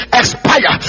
expire